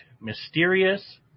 mysterious